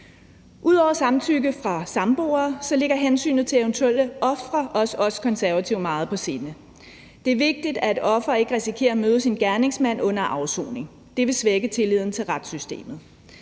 Ud over samtykke fra samboer ligger hensynet til eventuelle ofre også os Konservative meget på sinde. Det er vigtigt, at et offer ikke risikerer at møde sin gerningsmand under dennes afsoning. Det vil svække tilliden til retssystemet.